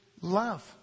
love